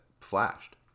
flashed